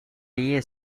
lee